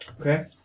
Okay